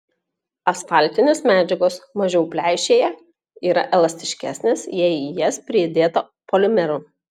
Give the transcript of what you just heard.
asfaltinės medžiagos mažiau pleišėja yra elastiškesnės jei į jas pridėta polimerų